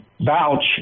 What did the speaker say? vouch